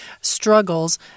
struggles